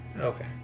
Okay